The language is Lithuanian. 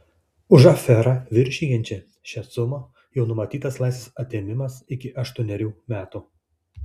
už aferą viršijančią šią sumą jau numatytas laisvės atėmimas iki aštuonerių metų